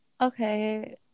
Okay